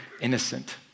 innocent